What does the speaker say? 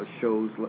shows